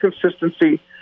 consistency